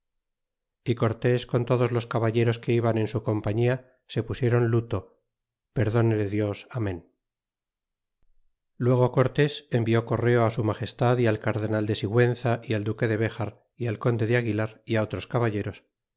y cortés con todos los caballeros que iban en su compañia se pusieron luto perdónele dios amen y luego cortés envió correo su magestad y al cardenal de siguenza y al duque de bejar y al conde de aguilar y otros caballeros